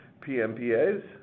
PMPAs